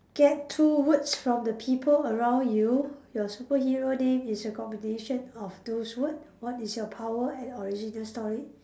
get two words from the people around you your superhero name is a combination of those word what is your power and origin story